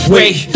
Wait